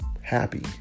happy